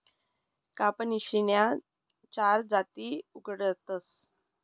कपाशीन्या चार जाती उगाडतस